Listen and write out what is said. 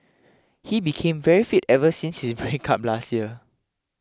he became very fit ever since his breakup last year